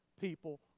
people